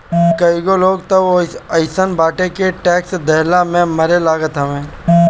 कईगो लोग तअ अइसनो बाटे के टेक्स देहला में मरे लागत हवे